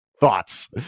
thoughts